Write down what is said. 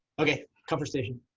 okay conversation.